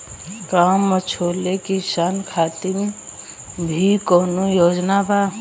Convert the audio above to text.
का मझोले किसान खातिर भी कौनो योजना बा?